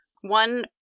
One